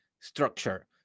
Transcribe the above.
structure